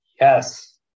Yes